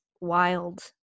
wild